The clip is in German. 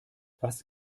was